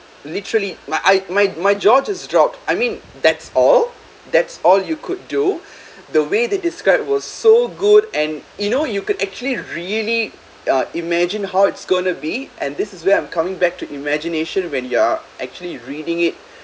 literally my I my my jaw just dropped I mean that's all that's all you could do the way they described was so good and you know you could actually really uh imagine how it's going to be and this is where I'm coming back to imagination when you are actually reading it